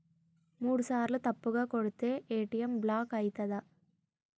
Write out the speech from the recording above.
మూడుసార్ల తప్పుగా కొడితే ఏ.టి.ఎమ్ బ్లాక్ ఐతదా?